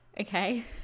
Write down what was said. okay